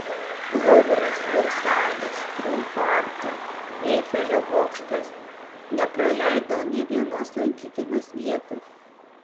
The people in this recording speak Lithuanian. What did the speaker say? luvras versalis triumfo arka eifelio bokštas nepraleidau nė vienos lankytinos vietos